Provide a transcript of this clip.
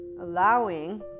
allowing